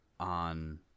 On